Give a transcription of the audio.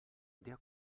der